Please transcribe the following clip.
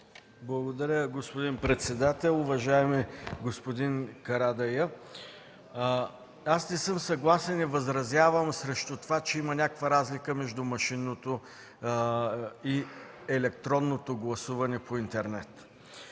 Благодаря, господин председател. Уважаеми господин Карадайъ, аз не съм съгласен и възразявам срещу това че има някаква разлика между машинното и електронното гласуване по интернет.